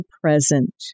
present